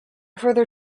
further